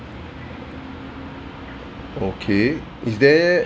okay is there